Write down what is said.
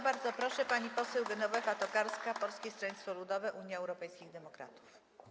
Bardzo proszę, pani poseł Genowefa Tokarska, Polskie Stronnictwo Ludowe - Unia Europejskich Demokratów.